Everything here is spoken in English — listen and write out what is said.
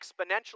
exponentially